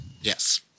Yes